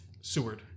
Seward